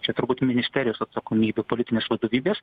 čia turbūt ministerijos atsakomybė politinės vadovybės